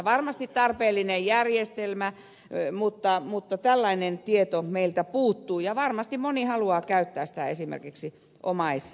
varmasti tarpeellinen järjestelmä mutta tällainen tieto meiltä puuttuu ja varmasti moni haluaa käyttää sitä esimerkiksi omaishoitoon